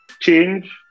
change